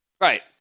Right